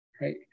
right